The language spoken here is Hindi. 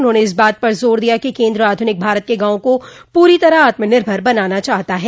उन्होंने इस बात पर जोर दिया कि केन्द्र आधुनिक भारत के गांवों को पूरी तरह आत्मनिर्भर बनाना चाहता है